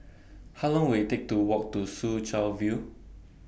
How Long Will IT Take to Walk to Soo Chow View